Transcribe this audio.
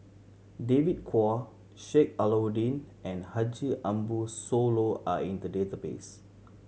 David Kwo Sheik Alau'ddin and Haji Ambo Sooloh are in the database